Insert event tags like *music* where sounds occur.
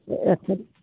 *unintelligible*